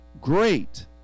great